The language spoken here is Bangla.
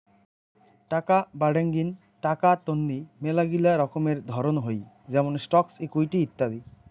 টাকা বাডেঙ্নি টাকা তন্নি মেলাগিলা রকমের ধরণ হই যেমন স্টকস, ইকুইটি ইত্যাদি